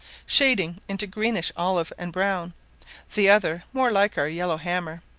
shading into greenish olive and brown the other more like our yellowhammer,